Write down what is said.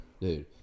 Dude